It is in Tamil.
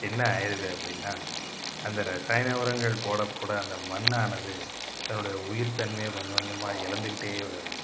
என்னா ஆகிடுது அப்படினா அந்த இரசாயன உரங்கள் போட போட அந்த மண்ணானது தன்னுடைய உயிர் தன்மையை கொஞ்சம் கொஞ்சமாக இழந்துகிட்டே வருது